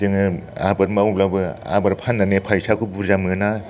जोङो आबाद मावब्लाबो आबाद फान्नानै फैसाखौ बुरजा मोना